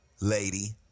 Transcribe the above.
lady